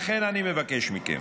לכן אני מבקש מכם,